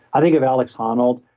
i think of alex honnold,